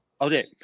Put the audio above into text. Okay